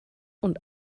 und